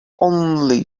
only